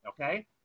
okay